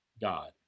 God